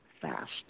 fast